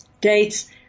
dates